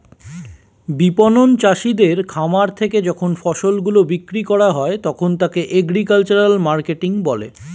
বিপণন চাষীদের খামার থেকে যখন ফসল গুলো বিক্রি করা হয় তখন তাকে এগ্রিকালচারাল মার্কেটিং বলে